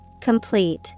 Complete